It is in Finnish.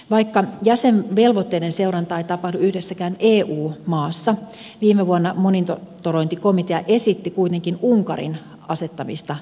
vaikka jäsenvelvoitteiden seurantaa ei tapahdu yhdessäkään eu maassa viime vuonna monitorointikomitea esitti kuitenkin unkarin asettamista tarkkailuun